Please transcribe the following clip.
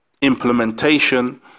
implementation